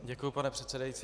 Děkuju, pane předsedající.